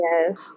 yes